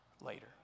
later